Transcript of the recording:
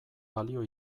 balio